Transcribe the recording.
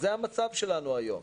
זה המצב שלנו היום.